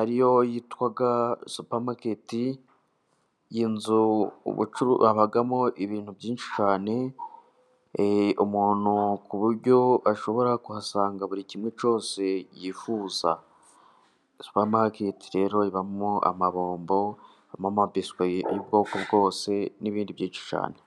ariyo yitwa supamaketi, iyi nzu habamo ibintu byinshi cyane, umuntu ku buryo ashobora kuhasanga buri kimwe cyose yifuza. Supamaketi rero ibamo amabombomo, n'amabiswi y'ubwoko bwose n'ibindi byinshi cyane.